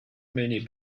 many